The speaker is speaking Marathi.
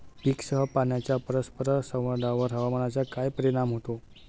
पीकसह पाण्याच्या परस्पर संवादावर हवामानाचा काय परिणाम होतो?